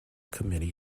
committee